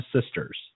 sisters